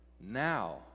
now